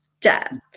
Death